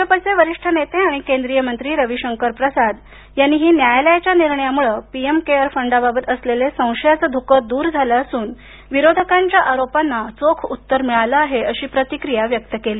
भाजपचे वरिष्ठ नेते आणि केंद्रीय मंत्री रवी शंकर यांनी न्यायालयाच्या या निर्णयामुळ पीएम केअर फंडाबाबत असलेले संशयाचे धुके दूर झाले असून विरोधकांच्याआरोपांना चोख उत्तर मिळाले आहेअशी प्रतिक्रिया यांनी व्यक्त केली